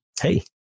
Hey